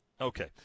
okay